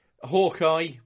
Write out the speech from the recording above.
Hawkeye